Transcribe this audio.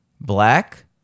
black